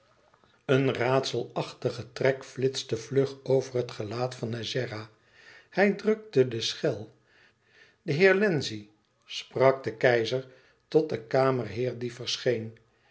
een raadselachtige trek flitste vlug over het gelaat van ezzera hij drukte de schel de heer wlenzci sprak de keizer tot den kamerheer die verscheen